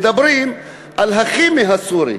מדברים על הכימי הסורי.